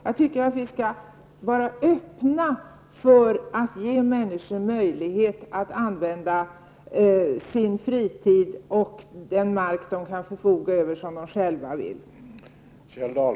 Jag tycker att vi skall vara öppna för att ge människor möjlighet att använda sin fritid och den mark de kan förfoga över så som de själva vill.